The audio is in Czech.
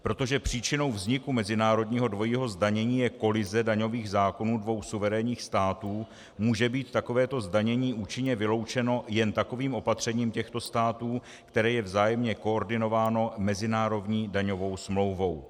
Protože příčinou vzniku mezinárodního dvojího zdanění je kolize daňových zákonů dvou suverénních států, může být takovéto zdanění účinně vyloučeno jen takovým opatřením těchto států, které je vzájemně koordinováno mezinárodní daňovou smlouvou.